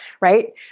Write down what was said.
right